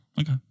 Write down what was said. Okay